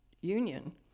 union